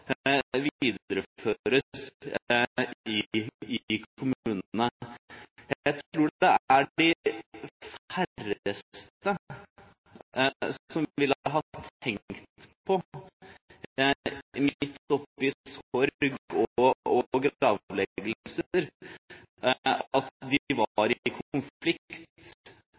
videreføres i kommunene. Jeg tror det er de færreste som ville ha tenkt på, midt oppe i sorg og gravlegging, at de var i konflikt